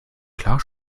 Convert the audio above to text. klar